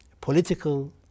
political